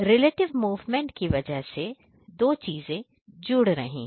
relative movement के वजह से दो चीजें जोड़ रही है